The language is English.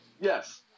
Yes